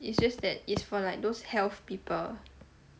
it's just that it's for like those health people